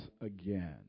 again